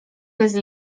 bez